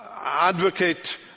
advocate